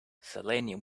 selenium